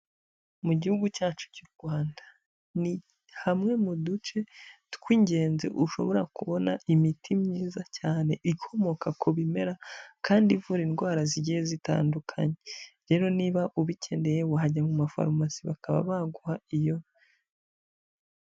Mu gihugu cyacu cy'u Rwanda, ni hamwe mu duce tw'ingenzi ushobora kubona imiti myiza cyane ikomoka ku bimera kandi ivura indwara zigiye zitandukanye, rero niba ubikeneye wahajya mu mafarumasi bakaba baguha iyo...